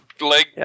leg